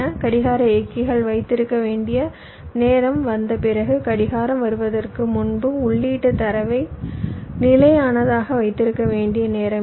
கடிகார இயக்கிகள் வைத்திருக்க வேண்டிய நேரம் வந்த பிறகு கடிகாரம் வருவதற்கு முன்பு உள்ளீட்டுத் தரவை நிலையானதாக வைத்திருக்க வேண்டிய நேரம் இது